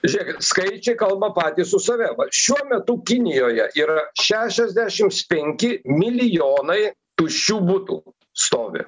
žiūrėkit skaičiai kalba patys už save va šiuo metu kinijoje yra šešiasdešimts penki milijonai tuščių butų stovi